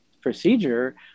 procedure